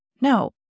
no